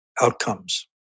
outcomes